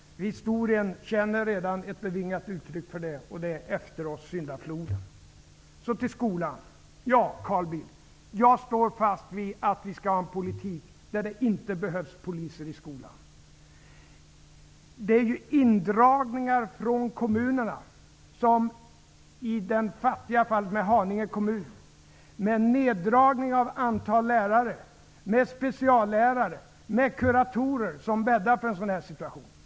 Historien känner redan ett bevingat uttryck för det: Efter oss syndafloden. Så vill jag tala om skolan. Ja, Carl Bildt, jag står fast vid att vi skall ha en politik som gör att det inte behövs poliser i skolan. I Haninge kommuns fall är det ju indragningar från kommunerna med neddragning av antalet lärare, speciallärare och kuratorer som bäddat för en sådan situation.